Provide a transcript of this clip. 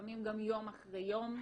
לפעמים גם יום אחרי יום,